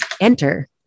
Enter